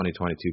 2022